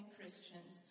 Christians